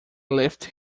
lifted